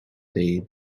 dei